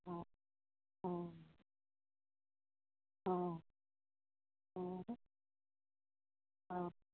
অ অ অ অ অ